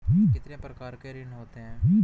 कितने प्रकार के ऋण होते हैं?